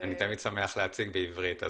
אני תמיד שמח להציג בעברית.